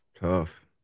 Tough